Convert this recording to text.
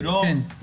זה לא הסטנדרט.